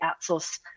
outsource